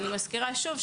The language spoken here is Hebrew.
אני מזכירה שוב,